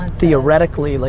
theoretically, like,